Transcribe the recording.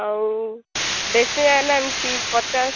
ଆଉ ଡ୍ରେସିଂ ଆଇନା ଏମିତି ପଚାଶ